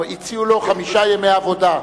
הציעו לו חמישה ימי עבודה.